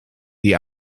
die